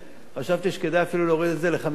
חשבתי שכדאי אפילו להוריד את זה ל-51%.